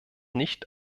nicht